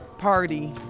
party